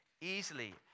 easily